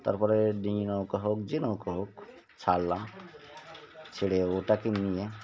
তারপরে ডিঙি নৌকা হোক যে নৌকা হোক ছাড়লাম ছেড়ে ওটাকে নিয়ে